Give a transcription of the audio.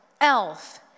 Elf